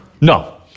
No